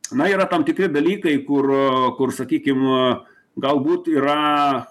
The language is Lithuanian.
na yra tam tikri dalykai kur kur sakykim galbūt yra